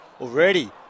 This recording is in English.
already